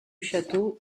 château